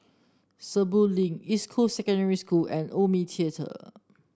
Sentul Link East Cool Secondary School and Omni Theatre